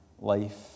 life